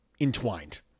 entwined